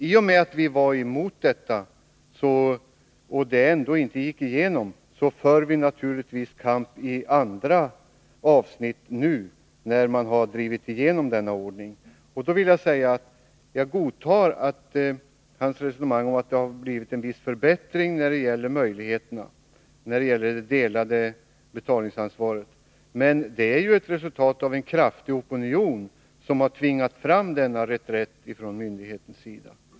I och med att vi var emot detta och vårt förslag inte gick igenom för vi naturligtvis kamp i andra avsnitt nu när man drivit igenom denna ordning. Jag vill då godta Kurt Hugossons resonemang om att det blivit en viss förbättring när det gäller det delade betalningsansvaret. Men det är ju resultatet av en kraftig opinion, som tvingat fram denna reträtt från myndigheternas sida.